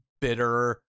bitter